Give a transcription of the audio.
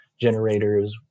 generators